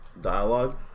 dialogue